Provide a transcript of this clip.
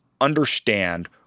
understand